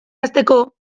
hasteko